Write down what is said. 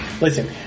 Listen